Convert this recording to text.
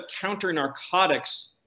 counter-narcotics